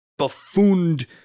buffooned